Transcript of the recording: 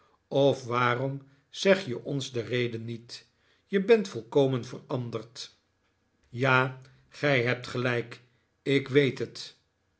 of waarom zeg je ons de reden niet je bent volkomen veranderd ja gij hebt gelijk ik weet het